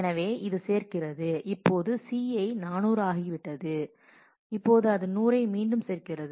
எனவே இது சேர்க்கிறது இப்போது இந்த C 400 ஆகிவிட்டது இப்போது அது 100 ஐ மீண்டும் சேர்க்கிறது